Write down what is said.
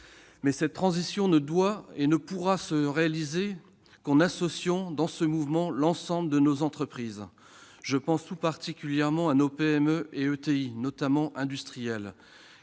Mais cette transition ne doit, et ne pourra se réaliser qu'en associant dans un tel mouvement l'ensemble de nos entreprises. Je pense tout particulièrement à nos PME et entreprises de taille